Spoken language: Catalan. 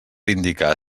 indicar